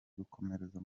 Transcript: gukomereza